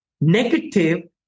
negative